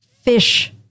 fish